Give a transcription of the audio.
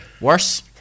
Worse